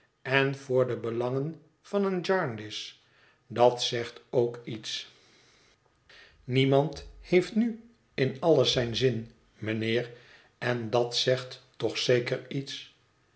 en voor de belangen van een jarndyce dat zegt ook iets niemand heeft nu in alles zijn zin mijnheer en dat zegt toch zeker iets